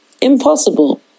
Impossible